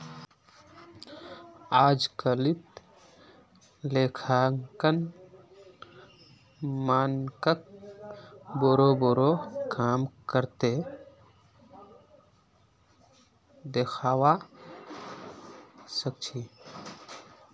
अजकालित लेखांकन मानकक बोरो बोरो काम कर त दखवा सख छि